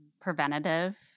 preventative